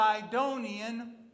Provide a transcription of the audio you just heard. Sidonian